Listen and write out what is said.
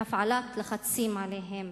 והפעלת לחצים עליה.